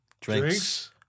Drinks